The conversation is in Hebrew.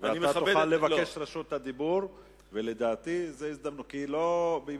תוכל לבקש את רשות הדיבור וזאת תהיה הזדמנות.